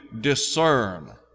discern